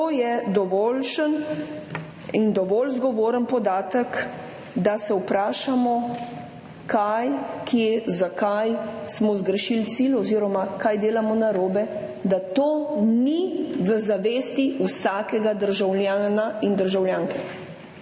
To je dovoljšen in dovolj zgovoren podatek, da se vprašamo, kaj, kje, zakaj smo zgrešili cilj oziroma kaj delamo narobe, da to ni v zavesti vsakega državljana in državljanke,